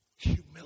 Humility